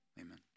Amen